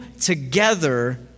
together